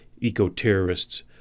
eco-terrorists